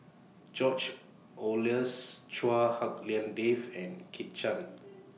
George Oehlers Chua Hak Lien Dave and Kit Chan